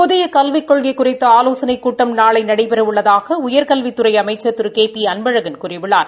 புதிய கல்விக் கொள்கை குறித்த ஆவோசனைக் கூட்டம் நாளை நடைபெறவுள்ளதாக உயா்கல்வித்துறை அமைச்சி திரு கே பி அன்பழகன் கூறியுள்ளார்